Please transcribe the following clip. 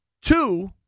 Two